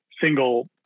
single